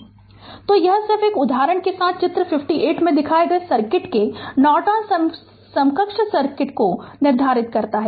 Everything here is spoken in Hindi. Refer Slide Time 3243 तो यह सिर्फ एक उदाहरण के साथ चित्र 58 में दिखाए गए सर्किट के नॉर्टन समकक्ष सर्किट को निर्धारित करें